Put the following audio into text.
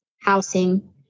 housing